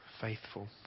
Faithful